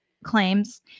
Claims